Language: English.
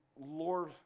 Lord